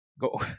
go